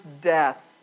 death